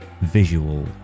visual